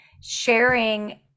sharing